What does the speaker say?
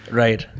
right